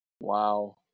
Wow